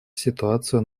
ситуацию